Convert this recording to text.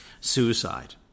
Suicide